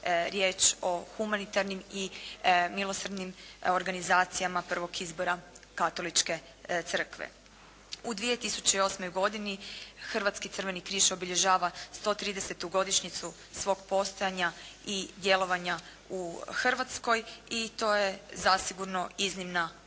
riječ o humanitarnim i milosrdnim organizacijama prvog izbora katoličke crkve. U 2008. godini Hrvatski crveni križ obilježava 130.-tu godišnjicu svog postojanja i djelovanja u Hrvatskoj i to je zasigurno iznimna